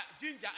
ginger